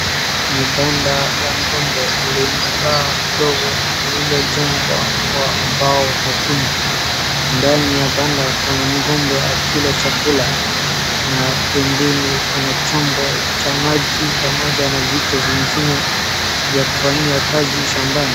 Ni banda la ng'ombe lenye paa ndogo lililojengwa kwa mbao na kuni. Ndani ya banda kuna ngombe akila chakula na pembeni kuna chombo cha maji pamoja na vitu vingine vya kufanyia kazi shambani.